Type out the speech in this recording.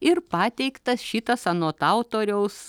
ir pateiktas šitas anot autoriaus